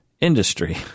industry